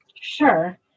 Sure